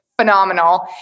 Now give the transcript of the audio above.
phenomenal